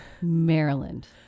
maryland